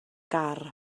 gar